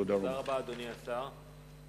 תודה רבה, אדוני השר.